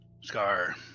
Scar